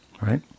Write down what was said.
Right